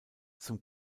zum